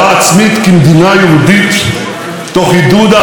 יהודית תוך עידוד העלייה וההתיישבות,